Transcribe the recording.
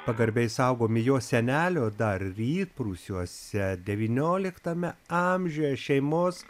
pagarbiai saugomi jo senelio dar rytprūsiuose devynioliktame amžiuje šeimos